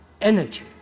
energy